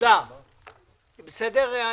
הישיבה נעולה.